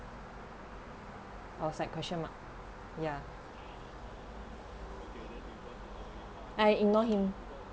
I was like question mark ya I ignored him